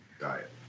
diet